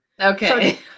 Okay